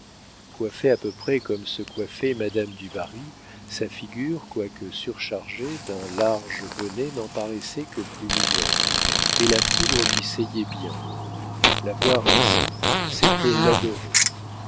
coiffée à peu près comme se coiffait madame du barry sa figure quoique surchargée d'un large bonnet n'en paraissait que plus mignonne et la poudre lui seyait bien la voir ainsi c'était l'adorer